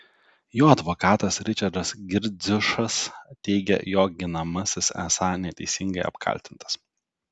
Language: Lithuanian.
jo advokatas ričardas girdziušas teigė jo ginamasis esą neteisingai apkaltintas